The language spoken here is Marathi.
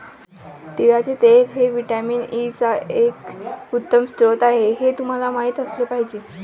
तिळाचे तेल हे व्हिटॅमिन ई चा एक उत्तम स्रोत आहे हे तुम्हाला माहित असले पाहिजे